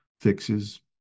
fixes